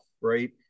right